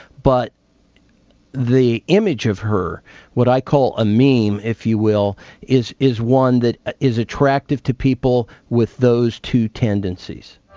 but the image of her what i call a meme, if you will is is one that is attractive to people with those two tendencies.